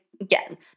again